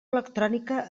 electrònica